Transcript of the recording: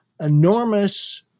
enormous